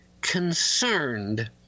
concerned